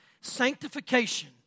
Sanctification